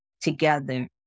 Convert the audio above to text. together